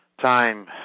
time